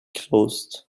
closed